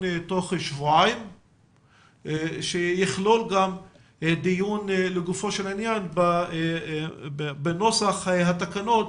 דיון שיכלול גם דיון לגופו של עניין בנוסח התקנות